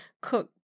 cook